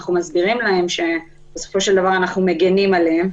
אנחנו מסבירים להם שבסופו של דבר אנחנו מגינים עליהם,